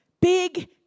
big